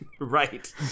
Right